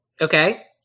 okay